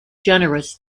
generous